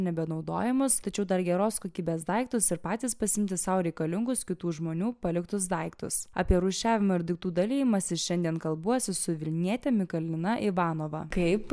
nebenaudojamas tačiau dar geros kokybės daiktus ir patys pasiimti sau reikalingus kitų žmonių paliktus daiktus apie rūšiavimą ir daiktų dalijimąsi šiandien kalbuosi su vilniete mikalina ivanova kaip